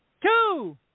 two